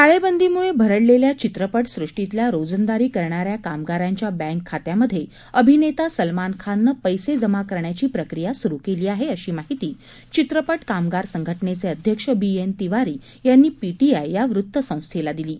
टाळेबंदी मुळे भरडलेल्या चित्रपट सुष्टीतल्या रोजंदारी करणाऱ्या कामगारांच्या बँक खात्यामध्ये अभिनेता सलमान खानने पद्धीजमा करण्याची प्रक्रिया सुरु केली आहे अशी माहिती चित्रपट कामगार संघटनेचे अध्यक्ष बी एन तिवारी यांनी पीटीआय या वृत्तसंस्थेला दिली आहे